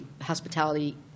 hospitality